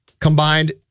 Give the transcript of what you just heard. combined